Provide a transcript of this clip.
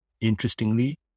Interestingly